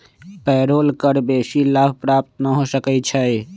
payroll कर बेशी लाभ प्राप्त न हो सकै छइ